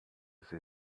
sie